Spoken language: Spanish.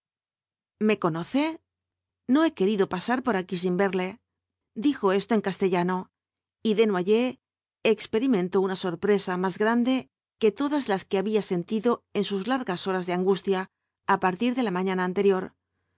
me conoce no he querido pasar por aquí sin verle dijo esto en castellano y desnoyers experimentó una sorpresa más grande que todas las que había sentido en sus largas horas de angustia á partir de la mañana anterior